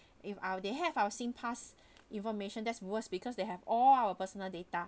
if I'll they have our singpass information that's worse because they have all our personal data